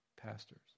pastors